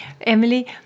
Emily